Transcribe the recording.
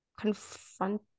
confront